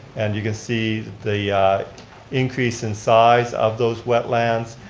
and you can see the increase in size of those wetlands.